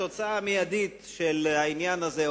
התוצאה המיידית של העניין הזה,